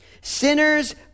Sinners